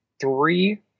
three